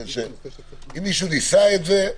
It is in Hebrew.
כי מי שניסה את זה,